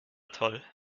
toll